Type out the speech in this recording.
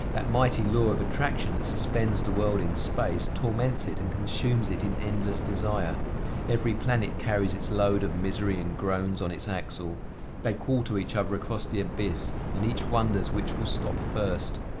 that mighty law of attraction that suspends the world in space, torments it and consumes it in endless desire every planet carries its load of misery and groans on its axle they call to each other across the abyss and each wonders which will stop first.